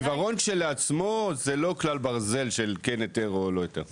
עיוורון כשלעצמו לא מהווה כלל ברזל לקבלה או לאי-קבלה של היתר.